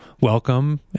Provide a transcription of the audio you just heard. welcome